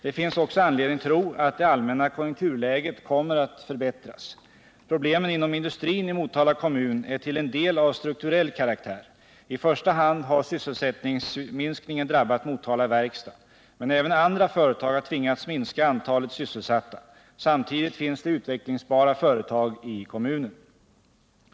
Det finns också anledning tro att det allmänna konjunkturläget kommer att förbättras. Problemen inom industrin i Motala kommun är till en del av strukturell karaktär. I första hand har sysselsättningsminskningen drabbat Motala Verkstad. Men även andra företag har tvingats minska antalet sysselsatta. Samtidigt finns det utvecklingsbara företag i kommunen.